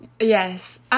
Yes